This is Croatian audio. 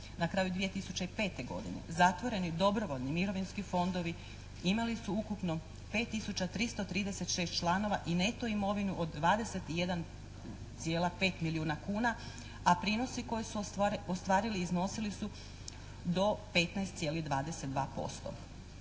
Na kraju 2005. godine zatvoreni dobrovoljni mirovinski fondovi imali su ukupno 5 tisuća 336 članova i neto imovinu od 21,5 milijuna kuna, a prinosi koji su ostvarili iznosili su do 15,22%.